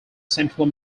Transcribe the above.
central